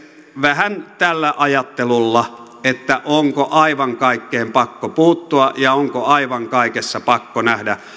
vähän tällä ajattelulla että onko aivan kaikkeen pakko puuttua ja onko aivan kaikessa pakko nähdä